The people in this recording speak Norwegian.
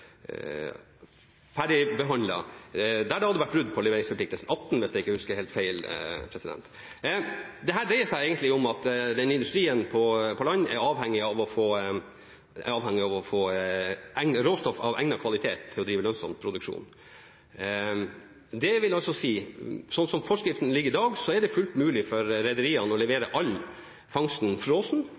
der det hadde vært brudd på leveringsforpliktelsene – 18, hvis jeg ikke husker helt feil. Dette dreier seg egentlig om at industrien på land er avhengig av å få råstoff av egnet kvalitet for å drive lønnsom produksjon. Det vil altså si: Slik som forskriften er i dag, er det fullt mulig for rederiene å levere all fangsten